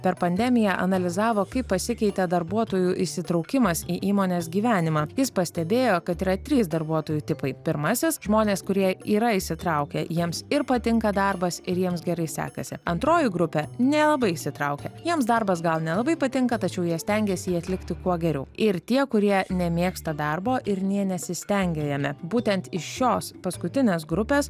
per pandemiją analizavo kaip pasikeitė darbuotojų įsitraukimas į įmonės gyvenimą jis pastebėjo kad yra trys darbuotojų tipai pirmasis žmonės kurie yra įsitraukę jiems ir patinka darbas ir jiems gerai sekasi antroji grupė nelabai įsitraukę jiems darbas gal nelabai patinka tačiau jie stengiasi jį atlikti kuo geriau ir tie kurie nemėgsta darbo ir nė nesistengia jame būtent iš šios paskutinės grupės